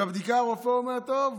ובבדיקה הרופא אומר: טוב,